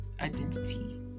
identity